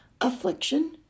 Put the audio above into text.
affliction